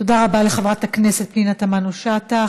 תודה רבה לחברת הכנסת פנינה תמנו-שטה.